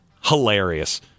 hilarious